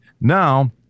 Now